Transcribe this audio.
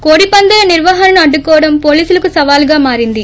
కోడిపందేలు నిర్వహణ ను అడ్దుకోవడం పోలీసులకు సవాలుగా మారింది